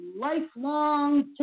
lifelong